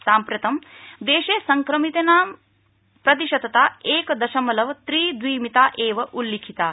साम्प्रतं देशे संक्रमितानां प्रतिशतता क्रि दशमलव त्रि द्विमिता वि उल्लिखिता